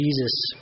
Jesus